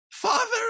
Father